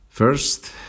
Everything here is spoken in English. First